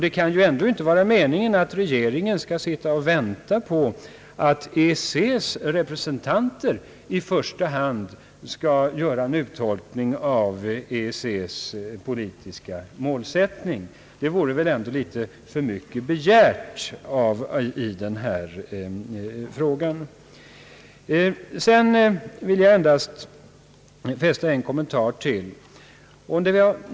Det kan ändock inte vara meningen att regeringen skall sitta och vänta på att EEC:s representanter i första hand skall göra en tolkning av EEC:s politiska målsättning. Det vore väl ändå litet för mycket begärt. Jag vill göra ytterligare en kommentar.